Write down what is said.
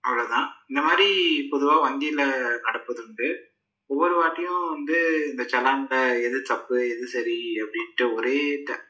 அவ்வளோ தான் இந்த மாதிரி பொதுவாக வங்கியில் நடப்பதுண்டு ஒவ்வொரு வாட்டியும் வந்து இந்த செலானில் எது தப்பு எது சரி அப்படின்ட்டு ஒரே த